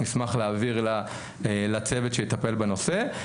נשמח להעביר לצוות שיטפל בנושא.